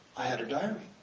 i had her diary.